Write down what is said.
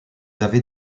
avez